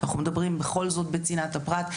אנחנו מדברים בכל זאת בצנעת הפרט.